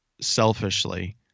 selfishly